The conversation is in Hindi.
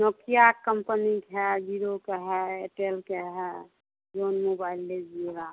नोकिया कम्पनी है जिओ के हैं एयरटेल के हैं जो भी मोबाईल लीजिएगा